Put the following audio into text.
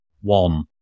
one